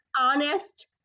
honest